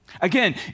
Again